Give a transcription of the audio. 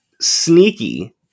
sneaky